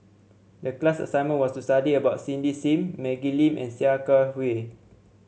the class assignment was to study about Cindy Sim Maggie Lim and Sia Kah Hui